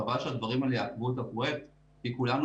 חבל שהדברים האלה יעכבו את הפרויקט כי כולנו